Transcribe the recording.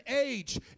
age